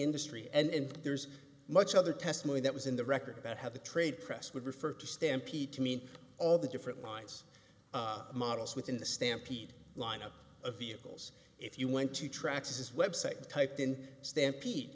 industry and there's much other testimony that was in the record about how the trade press would refer to stampede to mean all the different lines models within the stampede lineup of vehicles if you went to tracks this website typed in stampede